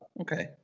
Okay